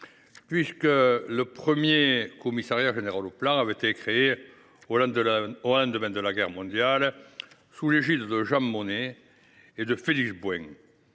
puisque le premier Commissariat général du plan avait été créé en 1946, au lendemain de la Seconde Guerre mondiale, sous l’égide de Jean Monnet et Félix Gouin.